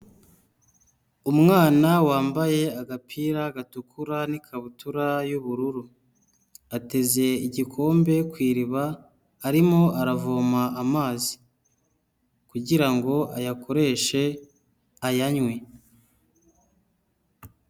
Umwana wambaye agapira gatukura n'ikabutura y'ubururu, ateze igikombe ku iriba arimo aravoma amazi kugira ngo ayakoreshe ayanywe.